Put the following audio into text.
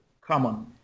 common